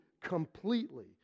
completely